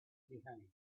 behind